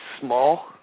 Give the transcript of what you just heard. small